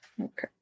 okay